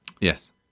Yes